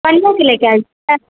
कनिओके ले कऽ आयल छियै